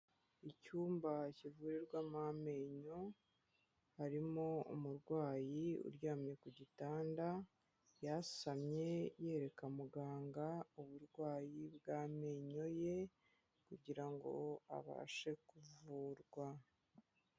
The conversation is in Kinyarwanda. Icyumba kivurirwamo amenyo, harimo umurwayi uryamye ku gitanda, yasamye yereka muganga uburwayi bw'amenyo ye, kugira ngo abashe kuvurwa.